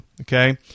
okay